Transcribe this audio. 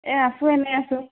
এই আছোঁ এনে আছোঁ